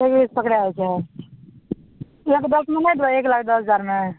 पकड़ा छै एक दसमे नहि देबय एक लाख दस हजारमे